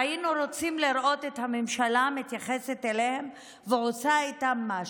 והיינו רוצים לראות את הממשלה מתייחסת אליהם ועושה איתם משהו.